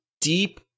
deep